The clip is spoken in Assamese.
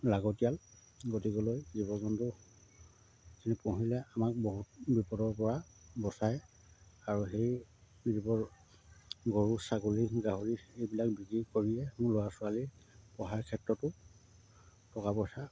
লাগতীয়াল গতিকলৈ জীৱ জন্তুখিনি পুহিলে আমাক বহুত বিপদৰ পৰা বচায় আৰু সেই বিপদ গৰু ছাগলী গাহৰি এইবিলাক বিক্ৰী কৰিয়ে মোৰ ল'ৰা ছোৱালী পঢ়াৰ ক্ষেত্ৰতো টকা পইচা